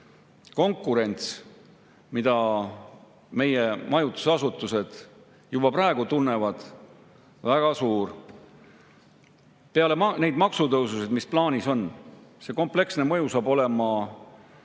konkurents, mida meie majutusasutused juba praegu tunnevad, väga suur. Peale neid maksutõususid, mis on plaanis, on see kompleksne mõju … Kas